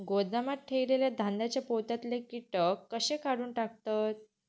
गोदामात ठेयलेल्या धान्यांच्या पोत्यातले कीटक कशे काढून टाकतत?